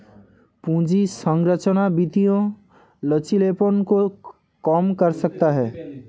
पूंजी संरचना वित्तीय लचीलेपन को कम कर सकता है